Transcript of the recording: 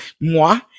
moi